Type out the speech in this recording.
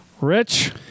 Rich